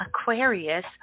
Aquarius